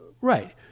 Right